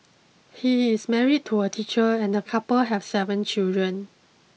he is married to a teacher and the couple have seven children